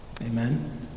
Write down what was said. Amen